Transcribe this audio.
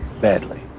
Badly